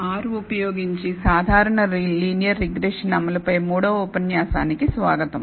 R ఉపయోగించి సాధారణ linear regression అమలుపై మూడవ ఉపన్యాసానికి స్వాగతం